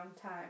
time